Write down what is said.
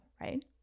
right